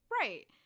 Right